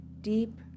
Deep